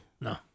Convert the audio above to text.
No